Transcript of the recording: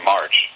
March